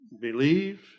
believe